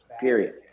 Period